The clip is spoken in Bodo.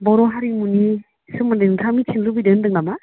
बर' हारिमुनि सोमोन्दै नोंथाङा मिथिनो लुबैदों होन्दों नामा